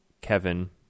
Kevin